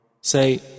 Say